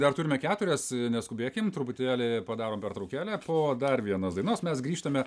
dar turime keturias neskubėkim truputėlį padarom pertraukėlę po dar vienos dainos mes grįžtame